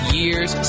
years